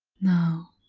now,